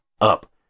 up